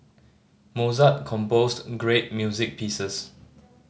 Mozart composed great music pieces